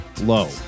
low